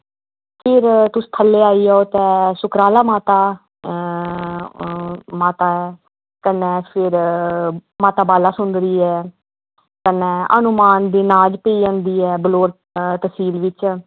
फिर तुस थ'ल्लै आई जाओ ते सुकराला माता माता ऐ कन्नै फिर माता बाला सुंदरी ऐ कन्नै हनुमान दी मुर्ति ऐ बलौर तसील बिच्च